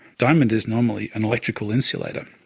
diamond is normally an electrical insulator,